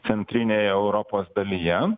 centrinėje europos dalyje